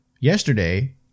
yesterday